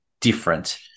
different